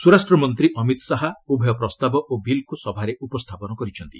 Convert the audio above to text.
ସ୍ୱରାଷ୍ଟ୍ର ମନ୍ତ୍ରୀ ଅମିତ ଶାହା ଉଭୟ ପ୍ରସ୍ତାବ ଓ ବିଲ୍କୁ ସଭାରେ ଉପସ୍ଥାପନ କରିଛନ୍ତି